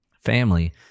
family